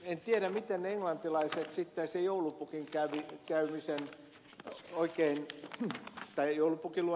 en tiedä miten englantilaiset sitten se joulupukki kävi käynnissä on oikein hyvä tai joulupukilla